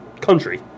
country